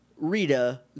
Rita